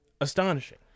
astonishing